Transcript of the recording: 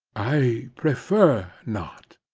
i prefer not.